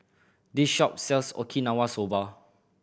this shop sells Okinawa Soba